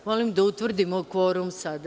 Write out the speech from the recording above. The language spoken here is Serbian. Molim da utvrdimo kvorum sada.